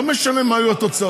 לא משנה מה יהיו התוצאות,